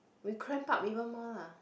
we cramp up even more lah